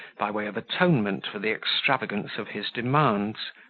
by way of atonement for the extravagance of his demands,